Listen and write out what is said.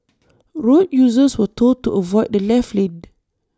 road users were told to avoid the left lane